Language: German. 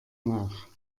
nach